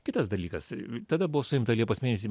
kitas dalykas tada buvo suimta liepos mėnesį